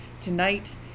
Tonight